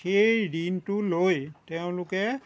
সেই ঋণটো লৈ তেওঁলোকে